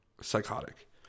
psychotic